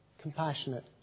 compassionate